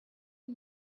you